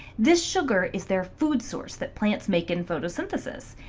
this sugar is their food source that plants make in photosynthesis.